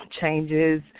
Changes